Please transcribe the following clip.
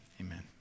amen